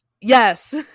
yes